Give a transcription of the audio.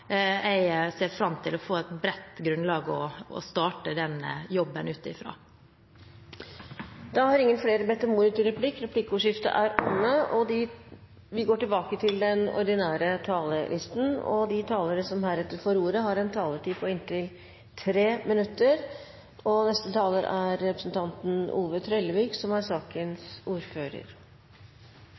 Jeg ser fram til å få et bredt grunnlag å starte den jobben ut fra. Replikkordskiftet er omme. De talere som heretter får ordet, har en taletid på inntil 3 minutter. Eg føler behov for å ta ordet fordi det heng igjen nokre poeng her som